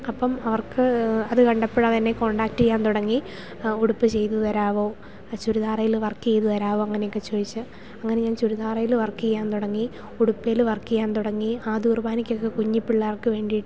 അപ്പം അവർക്ക് അത് കണ്ടപ്പോൾ തന്നേ കൊണ്ടാക്റ്റ് ചെയ്യാൻ തുടങ്ങി ഉടുപ്പ് ചെയ്തു തരാവോ ചുരിദാറിൽ വർക്ക് ചെയ്തു തരാമോ അങ്ങനെയൊക്കെ ചോദിച്ചു അങ്ങനെ ഞാൻ ചുരിദാറിൽ വർക്ക് ചെയ്യാൻ തുടങ്ങി ഉടുപ്പിൽ വർക്ക് ചെയ്യാൻ തുടങ്ങി ആദ്യകുർബാനക്കൊക്കെ കുഞ്ഞിപ്പിള്ളേർക്ക് വേണ്ടിയിട്ട്